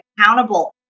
accountable